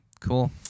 Cool